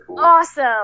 awesome